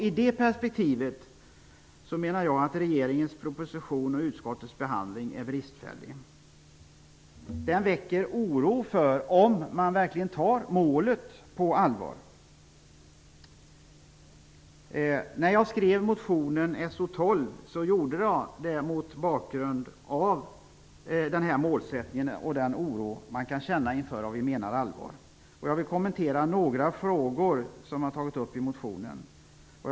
I det perspektivet menar jag att regeringens proposition och utskottets behandling är bristfälliga. De väcker oro för om man verkligen tar målet på allvar. När jag skrev motionen So12 gjorde jag det mot bakgrund av den här målsättningen och den oro man kan känna inför om vi menar allvar. Jag vill kommentera några frågor i motionen som man har tagit upp.